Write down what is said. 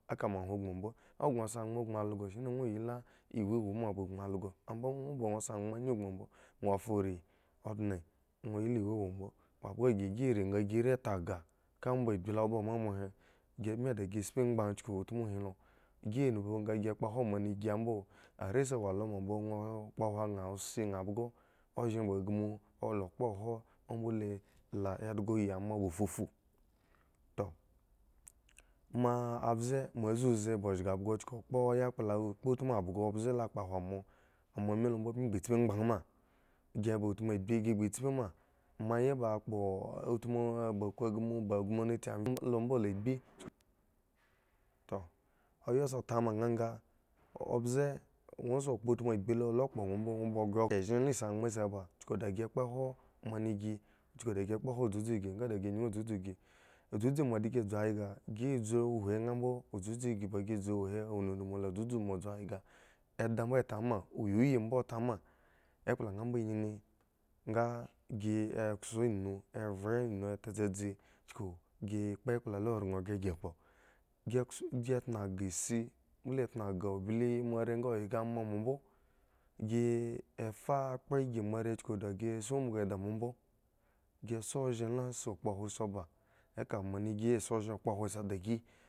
Eka moahwon gboŋ mbo o gŋo sa angban gboŋ also si nii ŋwo yila ewu wma ba gbon also ambo owo gŋo sa angban gi gbon mbo ŋwo ta rii ondne ŋwo yi la ewu mbo mbhobhhga gi rii nga gi rii tagahka ka omba agbi lo ba mamohe gi bmi dagi tspi ngba chuku utmu hi lo gi lubhu nga gi kpohwon moa naŋ gimbo are sa wo looma mbo ŋwo kpohoron mbole la iyi ma dhgoba fufu toh ma mbze moa ziuzi ba zhga bhgo chuku ba kpo yakplo u kpo utmu bhgo mbze a kpohron moa chuku ba kpo yakplo u kpo utmu bhgo mbze la kpohron mmmoa moa mi lo mbo bmi tspi ngbaŋ ma gi ba utmu agbi gi ba tspi ma moa ya ba kpo utmu aba gomgmu ba agomnati mbo la agbi toh o ya sa tama ngaiga ombze ŋwo sa kpo utmu agbi lo lo kpo nga mbo ŋwo kpha shen la si angban si ba chuku gi nga da gi nyun dzudzu uchudzu moa dagi dzu yga gi dzu huhwin nga mbo udzudzu gi dzu huhwin o wo ndindmu la udzudzu moa dzu yga eda mbo tama oyi yimbo tama ekpla nha mbo nyin nga gii a kso inu vhe inu tadzeche chuku gi kpo ekpla la ranghee gi kpo gi kso gi tnogah isi mboole tragah mble moare nga yga ama moambo si e fa bwre ygi moare chuku dagi si umbugu moa mbo gi zhen la si kpohwin sa ba eka moa naŋ gi ya si ozhen okpohwon sidigi.